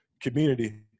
community